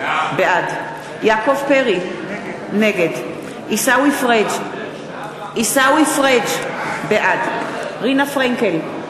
בעד יעקב פרי, נגד עיסאווי פריג' בעד רינה פרנקל,